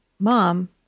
Mom